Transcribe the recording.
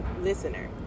listener